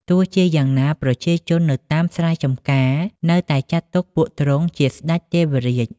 ទោះបីជាយ៉ាងណា ប្រជាជននៅតាមស្រែចម្ការនៅតែចាត់ទុកពួកទ្រង់ជាស្តេចទេវរាជ។